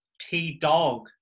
T-Dog